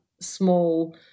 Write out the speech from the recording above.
small